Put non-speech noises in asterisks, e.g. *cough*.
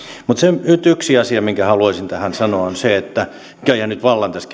mutta nyt yksi asia minkä haluaisin tähän sanoa on se että näköjään nyt tässä *unintelligible*